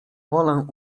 wolę